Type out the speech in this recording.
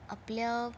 आपल्या